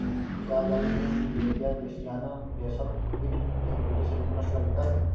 क्या आप जानते है ब्यूवेरिया बेसियाना, रेशम कीट के पूरे शरीर को नष्ट कर देता है